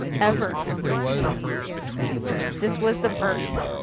ever. if there was a first, this was the first. this was the first.